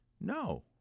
No